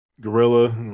Gorilla